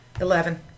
Eleven